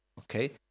Okay